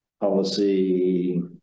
policy